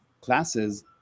classes